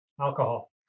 Alcohol